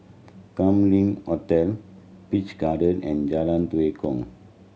Kam Leng Hotel Peach Garden and Jalan Tue Kong